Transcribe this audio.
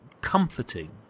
comforting